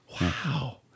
Wow